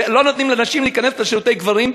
ולא נותנים לנשים להיכנס לשירותי גברים,